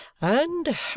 And